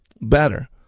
better